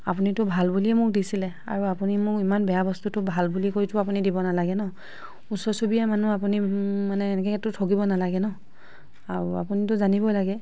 আপুনিটো ভাল বুলিয়ে মোক দিছিলে আৰু আপুনি মোক ইমান বেয়া বস্তুটো ভাল বুলি কৈটো আপুনি দিব নালাগে ন' ওচৰ চুবুৰীয়া মানুহ আপুনি মানে এনেকৈতো ঠগিব নালাগে ন' আপুনিটো জানিব লাগে